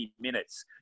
Minutes